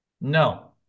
No